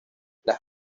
las